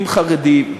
עם חרדים,